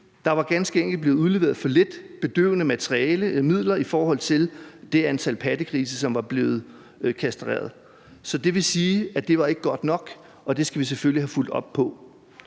Der var ganske enkelt blevet udleveret for få bedøvende midler i forhold til det antal pattegrise, som var blevet kastreret. Så det vil sige, at det ikke var godt nok, og det skal vi selvfølgelig have fulgt op på.